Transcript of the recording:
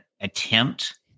attempt